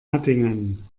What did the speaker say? hattingen